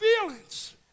feelings